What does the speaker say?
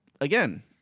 again